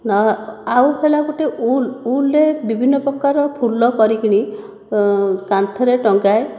ନା ଆଉ ହେଲା ଗୋଟିଏ ଉଲ୍ ଉଲ୍ରେ ବିଭିନ୍ନ ପ୍ରକାର ଫୁଲ କରିକିନି କାନ୍ଥରେ ଟଙ୍ଗାଏ